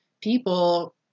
people